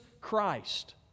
Christ